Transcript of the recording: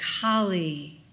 collie